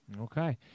Okay